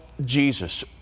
Jesus